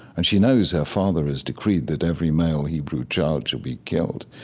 and she knows her father has decreed that every male hebrew child shall be killed.